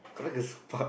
correct this part